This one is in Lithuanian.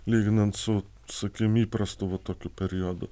lyginant su sakykim įprastu va tokiu periodu